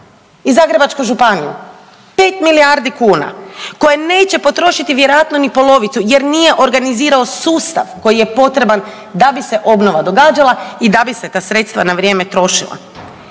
i Zagrebačku županiju, 5 milijardi kuna koje neće potrošiti vjerojatno ni polovicu, jer nije organizirao sustav koji je potreban da bi se obnova događala i da bi se ta sredstva na vrijem trošila.